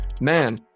man